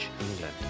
England